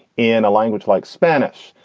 in a language like spanish,